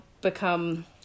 become